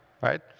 right